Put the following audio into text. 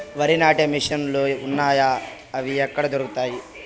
వరి నాటే మిషన్ ను లు వున్నాయా? అవి ఎక్కడ దొరుకుతాయి?